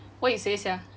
what you say sia